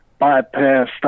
bypassed